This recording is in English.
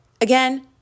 Again